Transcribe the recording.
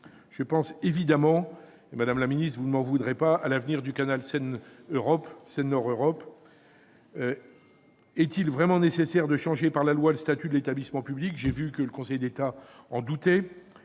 Je pense, évidemment- madame la ministre, vous ne m'en voudrez pas -, à l'avenir du canal Seine-Nord-Europe. Est-il vraiment nécessaire de changer, par la loi, le statut de l'établissement public ? J'ai vu que le Conseil d'État en doutait.